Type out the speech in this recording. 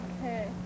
Okay